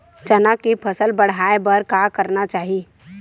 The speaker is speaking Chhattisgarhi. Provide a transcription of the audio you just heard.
चना के फसल बढ़ाय बर का करना चाही?